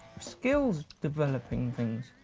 skills developing things.